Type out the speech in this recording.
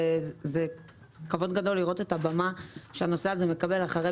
זה כבוד גדול לראות את הבמה שהנושא הזה מקבל אחרי